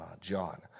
John